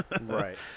Right